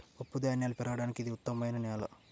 పప్పుధాన్యాలు పెరగడానికి ఇది ఉత్తమమైన నేల